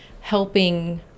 helping